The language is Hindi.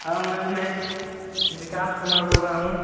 हाँ मैम मैं विकास कुमार बोल रहा हूँ